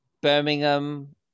Birmingham